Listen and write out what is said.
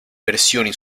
versioni